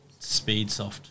Speedsoft